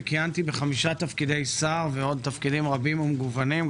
וכיהנתי בחמישה תפקידי שר ועוד תפקידים רבים ומגוונים,